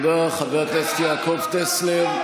זה לא נכון, ניצן.